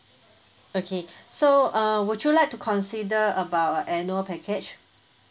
okay so uh would you like to consider about our annual package